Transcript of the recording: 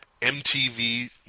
MTV